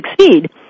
succeed